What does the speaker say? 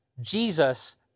Jesus